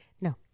No